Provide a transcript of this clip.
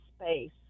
space